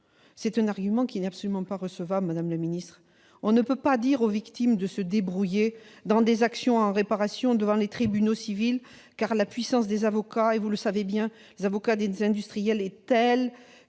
Cet argument n'est absolument pas recevable, madame la ministre. On ne peut pas dire aux victimes de se débrouiller dans des actions en réparation devant les tribunaux civils, car, vous le savez bien, la puissance des avocats des industriels est telle